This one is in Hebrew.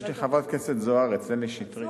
יש לי חברת הכנסת זוארץ, אין לי שטרית.